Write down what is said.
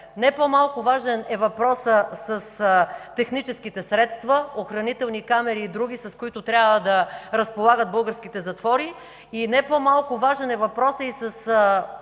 Не по-малко важен е въпросът с техническите средства – охранителни камери и други, с които трябва да разполагат българските затвори. Не по-малко важен е въпросът и с